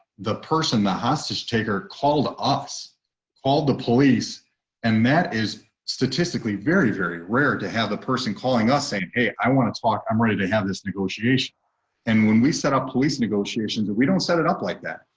the person, the hostage taker called us called the police and matt is statistically very, very rare to have the person calling us saying, hey, i want to talk. i'm ready to have this negotiation. scott tillema and when we set up police negotiations that we don't set it up like that.